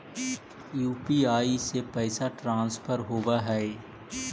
UPI से पैसा transfer होवहै?